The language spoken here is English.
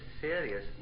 serious